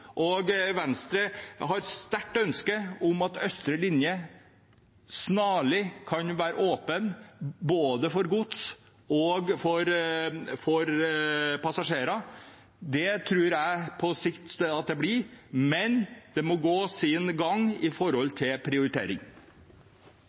Venstre har et sterkt ønske om at østre linje snarlig kan være åpen både for gods og for passasjerer. Det tror jeg at det blir på sikt, men det må gå sin gang